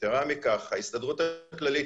יתרה מכך ההסתדרות הכללית,